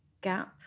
gap